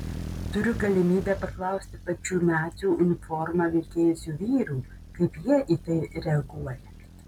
turiu galimybę paklausti pačių nacių uniformą vilkėjusių vyrų kaip jie į tai reaguoja